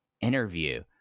interview